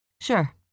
Sure